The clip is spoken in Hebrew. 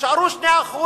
יישארו 2%,